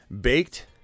Baked